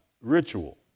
ritual